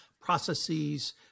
processes